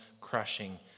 crushing